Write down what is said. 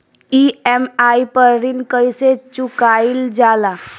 EMI पर ऋण कईसे चुकाईल जाला?